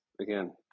Again